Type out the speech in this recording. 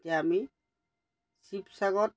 এতিয়া আমি শিৱসাগৰত